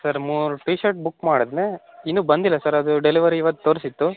sir ಮೂರು T shirt book ಮಾಡಿದೆನೆ ಇನ್ನು ಬಂದಿಲ್ಲ ಸರ್ ಅದು ಡೆಲಿವರಿ ಇವತ್ತು ತೋರಿಸಿತ್ತು